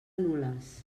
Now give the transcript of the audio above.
nules